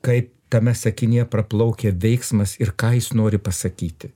kaip tame sakinyje praplaukia veiksmas ir ką jis nori pasakyti